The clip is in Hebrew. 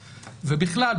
ובכלל,